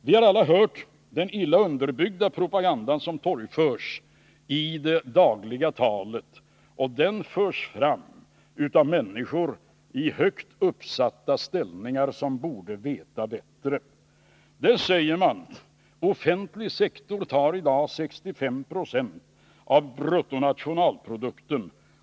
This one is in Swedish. Vi har alla hört den illa underbyggda propaganda som torgförs i det dagliga talet, och den förs fram av människor i högt uppsatta ställningar, som borde veta bättre. Nu säger man: Offentlig sektor tar i dag 65 96 av bruttonationalprodukten.